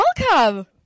welcome